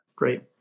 Great